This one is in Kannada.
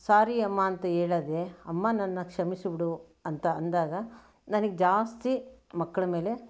ಸ್ವಾರಿ ಅಮ್ಮ ಅಂತ ಹೇಳದೆ ಅಮ್ಮ ನನ್ನ ಕ್ಷಮಿಸಿಬಿಡು ಅಂತ ಅಂದಾಗ ನನಗೆ ಜಾಸ್ತಿ ಮಕ್ಕಳ ಮೇಲೆ